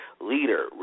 leader